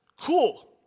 Cool